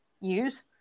use